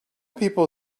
people